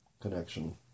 connection